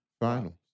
Finals